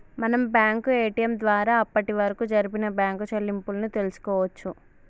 మనం bank ATM ద్వారా అప్పటివరకు జరిపిన బ్యేంకు చెల్లింపులను తెల్సుకోవచ్చు